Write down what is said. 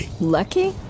lucky